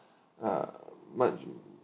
uh much